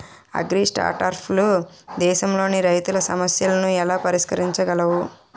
అగ్రిస్టార్టప్లు దేశంలోని రైతుల సమస్యలను ఎలా పరిష్కరించగలవు?